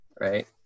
right